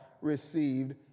received